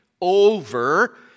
over